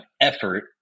effort